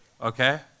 Okay